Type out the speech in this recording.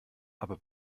aber